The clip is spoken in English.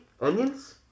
Onions